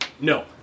No